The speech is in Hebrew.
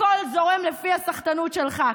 הכול זורם לפי הסחטנות של ח"כ,